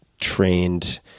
trained –